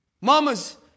Mamas